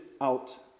out